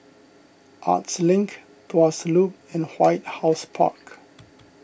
Arts Link Tuas Loop and White House Park